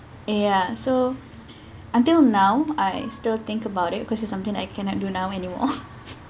ya so until now I still think about it because it's something I cannot do now anymore